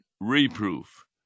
reproof